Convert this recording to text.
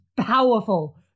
powerful